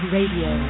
Radio